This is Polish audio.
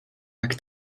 jak